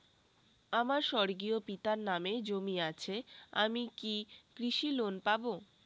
আমার স্বর্গীয় পিতার নামে জমি আছে আমি কি কৃষি লোন পাব?